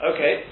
Okay